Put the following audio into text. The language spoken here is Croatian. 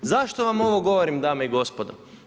Zašto vam ovo govorim dame i gospodo?